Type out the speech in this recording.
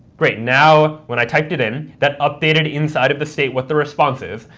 great. now when i typed it in, that updated inside of the state what the response is,